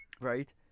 Right